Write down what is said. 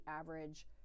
average